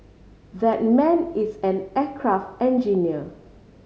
that man is an aircraft engineer